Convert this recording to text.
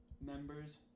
members